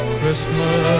Christmas